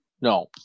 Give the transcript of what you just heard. No